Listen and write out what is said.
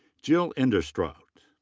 jill inderstrodt.